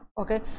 okay